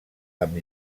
amb